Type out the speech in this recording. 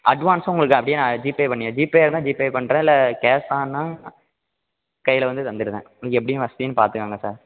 அட்வான்ஸும் உங்களுக்கு அப்படியே நான் ஜிபே பண்ணி ஜிபே இருந்தால் ஜிபே பண்ணுறேன் இல்லை கேஷ்ஷானால் கையில் வந்து தந்திடுதேன் உங்களுக்கு எப்படி வசதின்னு பார்த்துக்கோங்க சார்